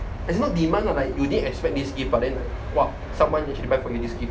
it's not demand lah like do they expect this gift but then like !wah! someone actually buy for you this gift